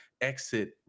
exit